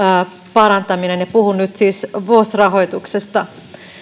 parantaminen ja puhun nyt siis vos rahoituksesta